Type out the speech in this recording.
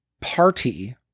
party